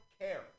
care